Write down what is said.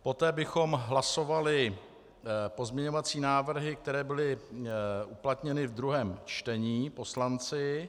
Poté bychom hlasovali pozměňovací návrhy, které byly uplatněny ve druhém čtení poslanci.